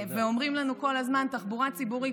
ואומרים לנו כל הזמן: תחבורה ציבורית,